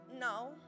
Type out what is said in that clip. no